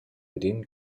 within